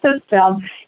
system